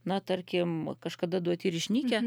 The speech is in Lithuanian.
na tarkim kažkada duoti ir išnykę